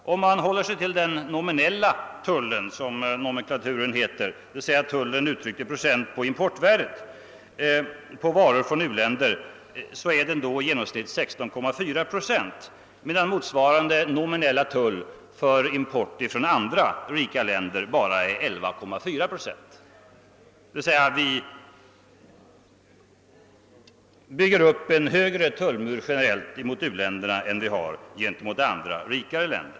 Håller man sig till den nominella tullen som det heter enligt nomenklaturen, d.v.s. tullen uttryckt i procent på importvärdet på varor från u-länder, finner man, att den i genomsnitt uppgår till 16,4 procent medan motsvarande nominella tull vid import från industriländer bara är 11,4 procent. Vi bygger således generellt upp en högre tullmur mot u-länderna än gentemot andra, rikare länder.